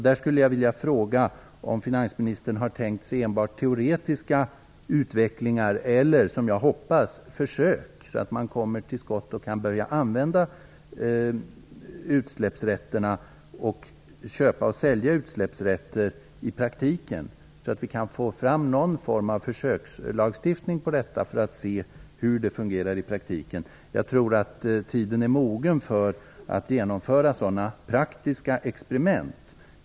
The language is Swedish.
Där skulle jag vilja fråga om finansministern har tänkt sig enbart teoretisk utveckling eller, som jag hoppas, försök, så att man kommer till skott och kan börja köpa och sälja utsläppsrätter i praktiken. Vi behöver få fram någon form av försökslagstiftning på detta område, för att se hur det fungerar i praktiken. Jag tror att tiden är mogen för att genomföra sådana praktiska experiment.